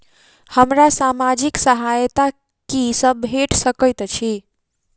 हमरा सामाजिक सहायता की सब भेट सकैत अछि?